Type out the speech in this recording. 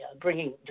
bringing